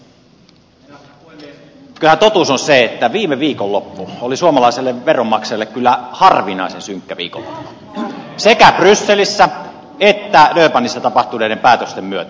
kyllähän totuus on se että viime viikonloppu oli suomalaiselle veronmaksajalle harvinaisen synkkä viikonloppu sekä brysselissä että durbanissa tapahtuneiden päätösten myötä